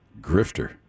Grifter